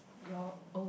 your oh